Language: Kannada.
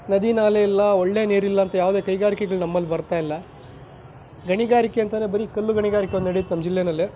ನದಿ ನಾಲೆಯಿಲ್ಲ ಒಳ್ಳೆಯ ನೀರಿಲ್ಲ ಅಂತ ಯಾವುದೇ ಕೈಗಾರಿಕೆಗಳು ನಮ್ಮಲ್ಲಿ ಬರ್ತಾ ಇಲ್ಲ ಗಣಿಗಾರಿಕೆ ಅಂತಾನೆ ಬರೀ ಕಲ್ಲು ಗಣಿಗಾರಿಕೆ ಒಂದು ನಡಿಯುತ್ತೆ ನಮ್ಮ ಜಿಲ್ಲೆಯಲ್ಲಿ